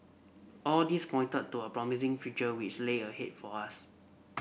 all this pointed to a promising future which lay ahead for us